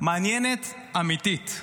מעניינת, אמיתית.